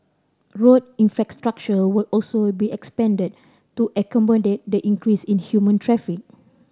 road infrastructure will also be expanded to accommodate the increase in human traffic